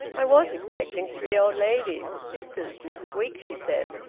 i was expecting three old ladies sisters next week, she said.